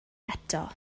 eto